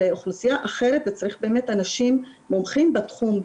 זו אוכלוסייה אחרת וצריך אנשים מומחים בתחום,